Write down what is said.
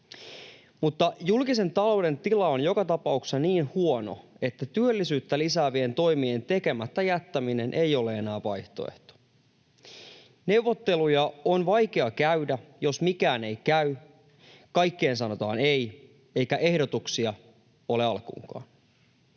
Mutta julkisen talouden tila on joka tapauksessa niin huono, että työllisyyttä lisäävien toimien tekemättä jättäminen ei ole enää vaihtoehto. Neuvotteluja on vaikea käydä, jos mikään ei käy, kaikkeen sanotaan ”ei” eikä ehdotuksia ole alkuunkaan.